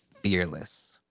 fearless